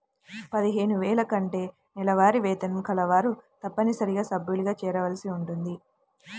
పదిహేను వేల కంటే నెలవారీ వేతనం కలవారు తప్పనిసరిగా సభ్యులుగా చేరవలసి ఉంటుంది